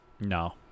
No